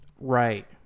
right